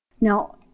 Now